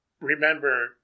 remember